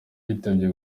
yitabye